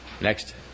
Next